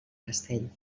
castell